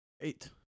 Eight